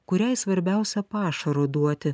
kuriai svarbiausia pašaro duoti